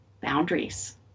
boundaries